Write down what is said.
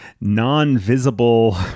non-visible